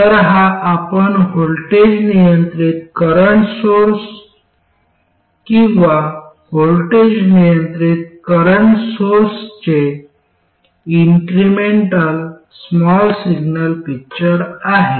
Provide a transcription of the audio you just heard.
तर हा आपला व्होल्टेज नियंत्रित करंट सोर्स किंवा व्होल्टेज नियंत्रित करंट सोर्सचे इन्क्रिमेंटल स्मॉल सिग्नल पिक्चर आहे